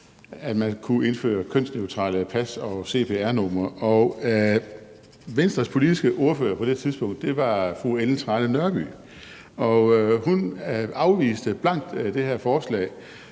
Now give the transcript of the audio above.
at man kunne indføre kønsneutrale pas og cpr-numre, og Venstres politiske ordfører på det tidspunkt var fru Ellen Trane Nørby, og hun afviste blankt det her forslag,